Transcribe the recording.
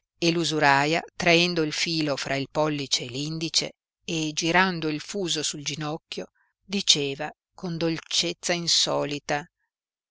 e l'usuraia traendo il filo fra il pollice e l'indice e girando il fuso sul ginocchio diceva con dolcezza insolita